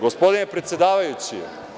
Gospodine predsedavajući…